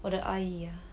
我的 !aiya!